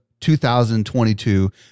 2022